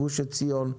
גוש עציון,